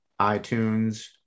iTunes